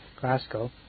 Glasgow